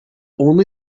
only